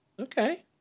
Okay